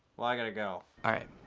well, i gotta go. ah